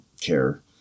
care